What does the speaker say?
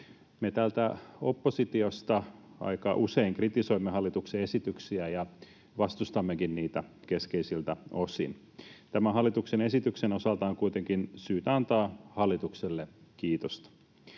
Me täältä oppositiosta aika usein kritisoimme hallituksen esityksiä ja vastustammekin niitä keskeisiltä osin. Tämän hallituksen esityksen osalta on kuitenkin syytä antaa hallitukselle kiitosta.